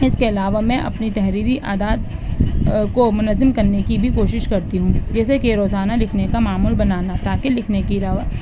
اس کے علاوہ میں اپنی تحریری اعداد کو منظم کرنے کی بھی کوشش کرتی ہوں جیسے کہ روزانہ لکھنے کا معمول بنانا تاکہ لکھنے کی روا